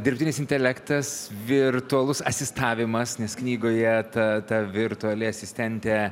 dirbtinis intelektas virtualus asistavimas nes knygoje ta virtuali asistentė